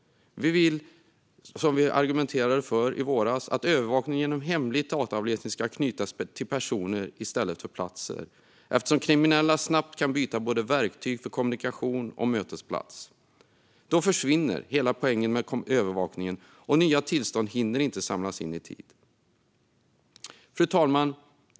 Som vi argumenterade för i våras vill vi att övervakning genom hemlig dataavläsning ska knytas till personer i stället för platser, eftersom kriminella snabbt kan byta både verktyg för kommunikation och mötesplats. Då försvinner hela poängen med övervakningen, och nya tillstånd hinner inte samlas in i tid. Fru talman!